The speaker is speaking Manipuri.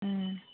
ꯎꯝ